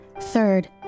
Third